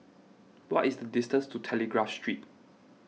what is the distance to Telegraph Street